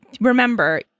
Remember